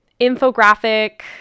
infographic